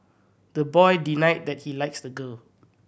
the boy denied that he likes the girl